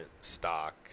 stock